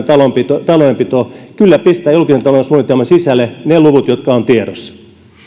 taloudenpito taloudenpito kyllä pistää julkisen talouden suunnitelman sisälle ne luvut jotka ovat tiedossa